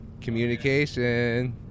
communication